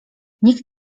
nikt